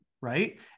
right